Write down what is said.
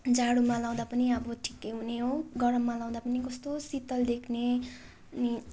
जाडोमा लगाउँदा पनि अब ठिकै हुने हो गरममा लगाउँदा पनि कस्तो शीतल देख्ने अनि